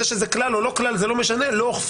זה שזה כלל, או לא כלל, זה לא משנה, לא אוכפים.